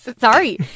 Sorry